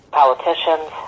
politicians